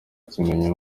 kimenyi